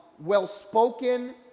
well-spoken